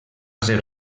ser